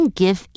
give